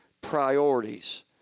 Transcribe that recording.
priorities